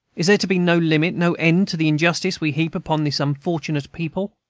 is there to be no limit, no end to the injustice we heap upon this unfortunate people?